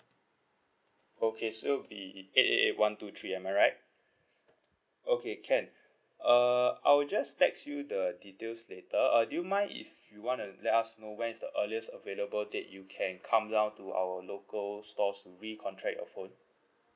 okay so it'll be eight eight eight one two three am I right okay can uh I'll just text you the details later uh do you mind if you want to let us know when is the earliest available date you can come down to our local stores to recontract your phone